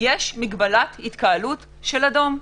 יש מגבלת התקהלות של אדום.